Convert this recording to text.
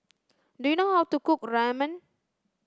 do you know how to cook Ramen